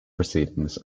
proceedings